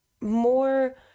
more